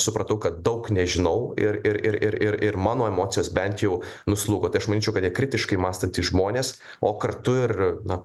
supratau kad daug nežinau ir ir ir mano emocijos bent jau nuslūgo tai aš manyčiau kad jie kritiškai mąstantys žmonės o kartu ir na